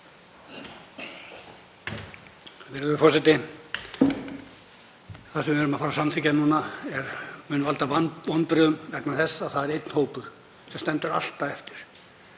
Virðulegur forseti. Það sem við erum að fara að samþykkja núna mun valda vonbrigðum vegna þess að það er einn hópur sem stendur alltaf eftir.